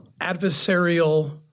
adversarial